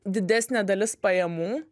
didesnė dalis pajamų